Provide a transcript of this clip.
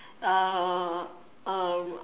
uh um